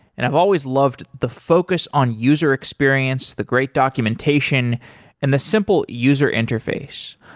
and i've always loved the focus on user experience, the great documentation and the simple user interface.